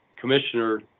commissioner